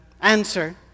answer